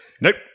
Nope